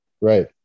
Right